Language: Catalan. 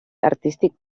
artístic